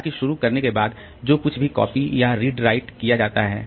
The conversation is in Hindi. ताकि शुरू करने के बाद जो कुछ भी कॉपी या रीड राइट किया जाता है